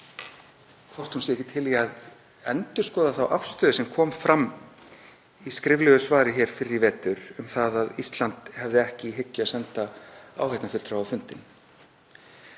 hvort hún sé ekki til í að endurskoða þá afstöðu sem kom fram í skriflegu svari hér fyrr í vetur, um að Ísland hefði ekki í hyggju að senda áheyrnarfulltrúa á fundinn,